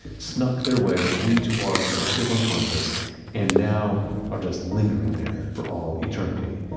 snuck their way into our collective unconscious and now are just lingering there for all eternity.